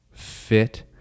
fit